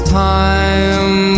time